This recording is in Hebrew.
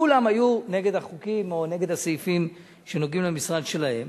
וכולם היו נגד הסעיפים שנוגעים למשרד שלהם.